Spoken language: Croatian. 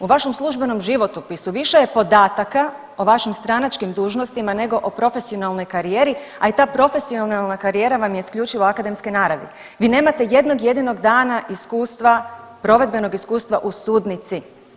U vašem službenom životopisu više je podataka o vašim stranačkim dužnostima nego o profesionalnoj karijeri, a i ta profesionalna karijera vam je isključivo akademske naravi, vi nemate jednog jedinog dana iskustva, provedbenog iskustva u sudnici.